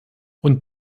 und